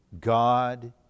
God